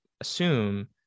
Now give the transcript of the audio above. assume